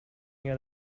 near